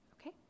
okay